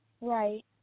Right